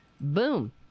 Boom